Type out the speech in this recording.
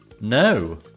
No